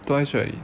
twice right